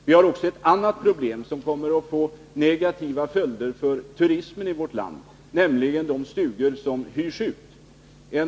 Vi har också ett annat problem som kommer att få negativa följder för turismen i vårt land, nämligen de stugor som hyrs ut.